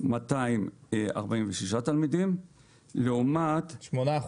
4,246 תלמידים לעומת --- 8%.